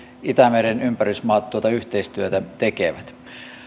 itämeren ympärysmaat tuota yhteistyötä tekevät